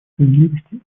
справедливости